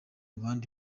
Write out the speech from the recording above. bandi